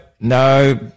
no